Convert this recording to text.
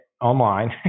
online